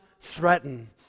threaten